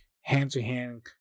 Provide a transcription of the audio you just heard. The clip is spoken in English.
hand-to-hand